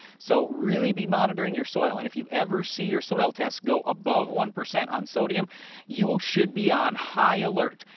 so, really be monitoring your soil, and if you ever see your soil tests go above one percent on sodium you should be on high alert.